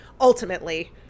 ultimately